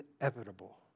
inevitable